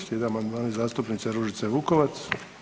Slijede amandmani zastupnice Ružice Vukovac.